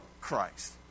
Christ